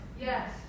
Yes